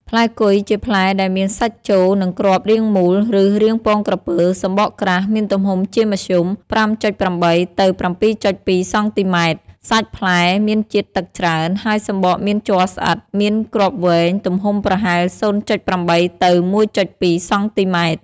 ផ្លែគុយ ជាផ្លែដែលមានសាច់ជោ និងគ្រាប់ រាងមូល ឬ រាងពងក្រពើ សំបកក្រាស់ មានទំហំជាមធ្យម ៥.៨ ទៅ ៧.២ សង់ទីម៉ែត្រ។ សាច់ផ្លែមានជាតិទឹកច្រើន ហើយសំបកមានជ័រស្អិត មានគ្រាប់វែង ទំហំប្រហែល ០.៨ទៅ១.២ សង់ទីម៉ែត្រ។